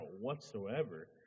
whatsoever